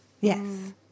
Yes